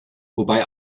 wobei